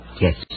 Yes